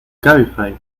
cabify